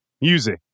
Music